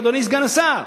אדוני סגן השר.